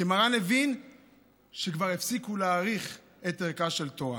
כי מרן הבין שכבר הפסיקו להעריך את ערכה של תורה.